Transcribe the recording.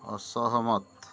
ଅସହମତ